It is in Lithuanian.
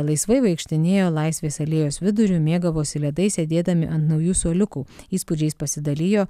laisvai vaikštinėjo laisvės alėjos viduriu mėgavosi ledais sėdėdami ant naujų suoliukų įspūdžiais pasidalijo